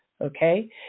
okay